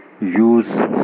use